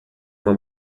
uma